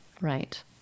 Right